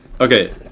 Okay